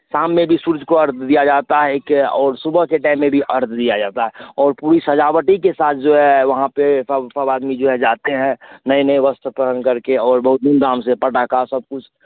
शाम में भी सूर्य को अर्घ्य दिया जाता है एक और सुबह के टाइम में भी अर्घ्य दिया जाता है और पूरी सजावटी के साथ जो है वहाँ पर सब सब आदमी जो है जाते हैं नए नए वस्त्र पहनकर के और बहुत धूमधाम से पटाखा सब कुछ